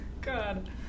God